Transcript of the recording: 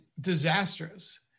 disastrous